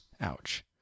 Ouch